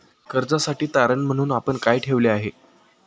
कर्जासाठी तारण म्हणून आपण काय ठेवले आहे?